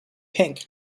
pink